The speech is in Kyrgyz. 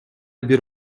бир